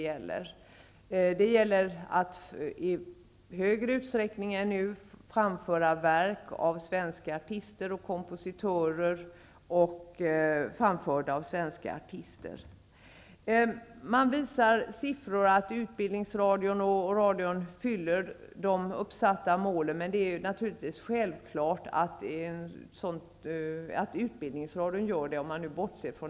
Verk av svenska kompositörer och framföranden av svenska artister skall förekomma i större utsträckning än nu. Det finns siffror som visar att Utbildningsradion fyller de uppsatta målen. Det är självklart att Utbildningsradion gör det.